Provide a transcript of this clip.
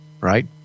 right